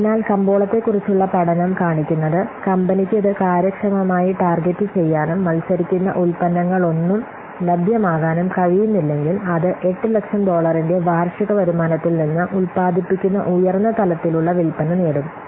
അതിനാൽ കമ്പോളത്തെക്കുറിച്ചുള്ള പഠനം കാണിക്കുന്നത് കമ്പനിക്ക് ഇത് കാര്യക്ഷമമായി ടാർഗെറ്റു ചെയ്യാനും മത്സരിക്കുന്ന ഉൽപ്പന്നങ്ങളൊന്നും ലഭ്യമാകാനും കഴിയുന്നില്ലെങ്കിൽ അത് 800000 ഡോളറിന്റെ വാർഷിക വരുമാനത്തിൽ നിന്ന് ഉത്പാദിപ്പിക്കുന്ന ഉയർന്ന തലത്തിലുള്ള വിൽപ്പന നേടും